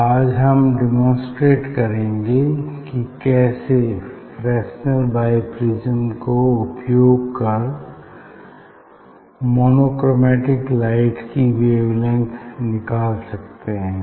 आज हम डेमोंस्ट्रेट करेंगे कि कैसे फ्रेशनल बाईप्रिज्म को उपयोग कर मोनोक्रोमेटिक लाइट की वेवलेंग्थ निकाल सकते हैं